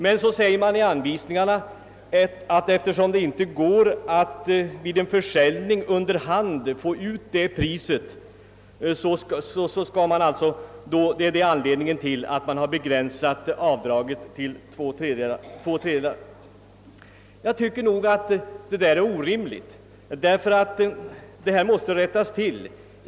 Detta förklaras i anvisningarna bero på att det inte går att vid en försäljning under hand få ut ersättning för fulla värdet. Jag tycker att detta är orimligt och att saken måste rättas till.